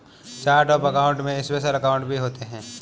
chart of account में special account भी होते हैं